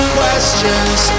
questions